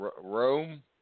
Rome